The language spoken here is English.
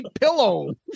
pillow